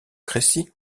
crécy